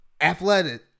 athletic